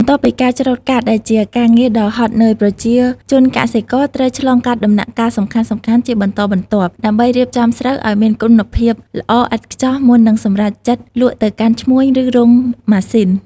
បន្ទាប់ពីការច្រូតកាត់ ដែលជាការងារដ៏ហត់នឿយ ប្រជាជនកសិករ ត្រូវឆ្លងកាត់ដំណាក់កាលសំខាន់ៗជាបន្តបន្ទាប់ ដើម្បីរៀបចំស្រូវឲ្យមានគុណភាពល្អឥតខ្ចោះ មុននឹងសម្រេចចិត្តលក់ទៅកាន់ឈ្មួញ ឬរោងម៉ាស៊ីន។